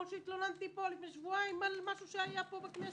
כמו שהתלוננתי לפני שבועיים על משהו שהיה פה בכנסת.